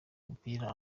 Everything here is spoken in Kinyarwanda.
umupira